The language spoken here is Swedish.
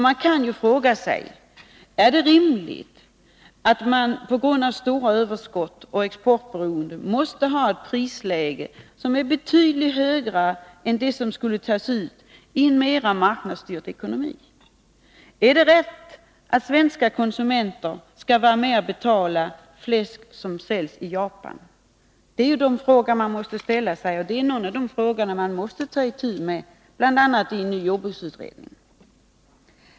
Man kan ju fråga sig: Är det rimligt att vi på grund av stora överskott och exportberoende måste ha livsmedelspriser som är betydligt högre än de priser som skulle tas ut i en mera marknadsstyrd ekonomi? Är det rätt att svenska konsumenter skall vara med och betala fläsk som säljs i Japan? Dessa frågor måste ställas, och det är de frågorna man måste ta itu med, bl.a. i en ny jordbruksutredning.